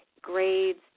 grades